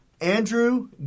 Andrew